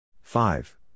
Five